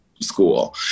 school